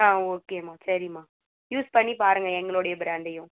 ஆ ஓகேம்மா சரிம்மா யூஸ் பண்ணிப் பாருங்க எங்களுடைய ப்ராண்டையும்